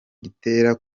gitera